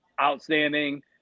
outstanding